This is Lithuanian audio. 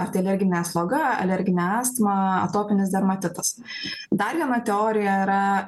ar tai alerginė sloga alerginė astma atopinis dermatitas dar viena teorija yra